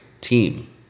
team